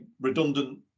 redundant